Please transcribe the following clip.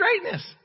greatness